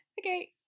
Okay